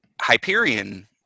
Hyperion